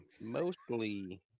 mostly